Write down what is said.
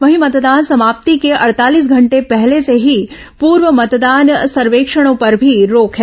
वहीं मतदान समाप्ति के अड़तालीस घंटे पहले से ही पूर्व मतदान सर्वेक्षणों पर भी रोक है